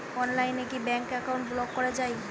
অনলাইনে কি bank account block করা য়ায়?